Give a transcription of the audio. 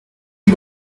you